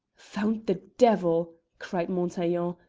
found the devil! cried montaiglon,